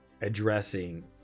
addressing